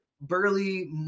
burly